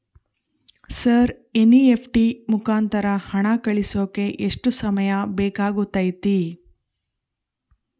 Sir NEFT ಮುಖಾಂತರ ಹಣ ಕಳಿಸೋಕೆ ಎಷ್ಟು ಸಮಯ ಬೇಕಾಗುತೈತಿ?